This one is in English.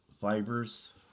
fibers